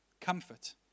comfort